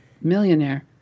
millionaire